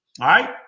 right